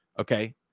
Okay